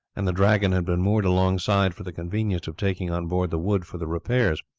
and the dragon had been moored alongside for the convenience of taking on board the wood for the repairs.